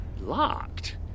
Locked